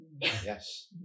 Yes